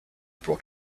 brought